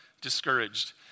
discouraged